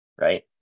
Right